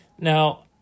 now